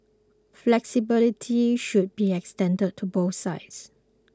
flexibility should be extended to both sides